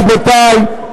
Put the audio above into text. רבותי,